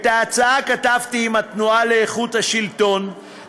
את ההצעה כתבתי עם התנועה לאיכות השלטון,